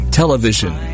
television